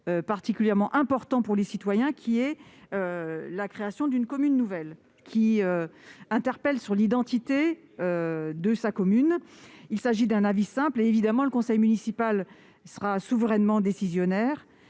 particulièrement important pour les citoyens, à savoir la création d'une commune nouvelle, qui interpelle sur l'identité de sa commune. Cet amendement tend à prévoir un avis simple. Bien évidemment, le conseil municipal sera souverainement décisionnaire.